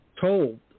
told